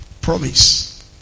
Promise